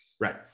Right